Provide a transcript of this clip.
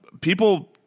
People